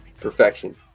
Perfection